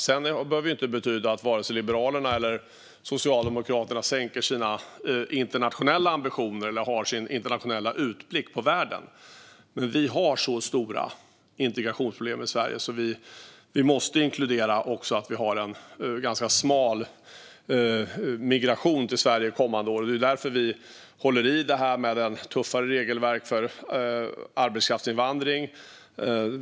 Sedan behöver detta inte betyda att Liberalerna eller Socialdemokraterna sänker sina internationella ambitioner och inte har kvar sin internationella utblick på världen, men vi har så stora integrationsproblem i Sverige att vi måste ha en ganska smal migration till Sverige kommande år. Det är därför vi håller fast vid ett tuffare regelverk för arbetskraftsinvandring.